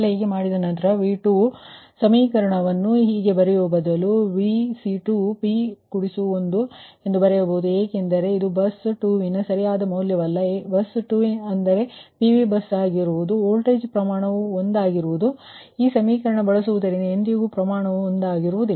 ಒಂದು ಸಲ ಹೀಗೆ ಮಾಡಿದ ನಂತರ V2 ಸಮೀಕರಣವನ್ನು ಹೀಗೆ ಬರೆಯುವ ಬದಲು ನಾನು Vc2p1 ಎಂದು ಬರೆಯಬಹುದು ಏಕೆಂದರೆ ಇದು ಬಸ್ 2 ವಿನ ಸರಿಯಾದ ಮೌಲ್ಯವಲ್ಲ ಏಕೆಂದರೆ ಬಸ್ 2 ಅಂದರೆ PV ಬಸ್ ಆಗಿರುವುದರಿಂದ ಮತ್ತು ವೋಲ್ಟೇಜ್ ಪ್ರಮಾಣವು ಒಂದಾಗಿರುವುದು ಆದರೆ ಈ ಸಮೀಕರಣವನ್ನು ಬಳಸುವುದರಿಂದ ಅದು ಎಂದಿಗೂ ಪ್ರಮಾಣವು 1 ಆಗಿರುವುದಿಲ್ಲ